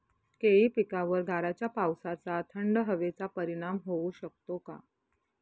केळी पिकावर गाराच्या पावसाचा, थंड हवेचा परिणाम होऊ शकतो का?